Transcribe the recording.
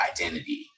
identity